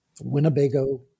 Winnebago